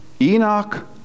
Enoch